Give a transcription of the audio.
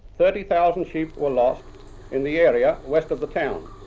thirty thousand sheep were lost in the area west of the town,